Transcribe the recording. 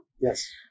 Yes